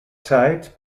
zeit